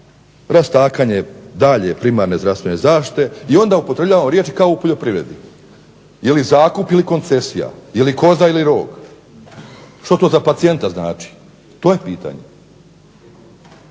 rastakanje dalje primarne zdravstvene zaštite i onda upotrebljavamo riječi kao u poljoprivredi. Je li zakup ili koncesija, je li koza ili rog. Što to za pacijenta znači, to je pitanje.